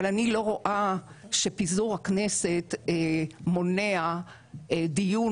אבל אני לא רואה שפיזור הכנסת מונע דיון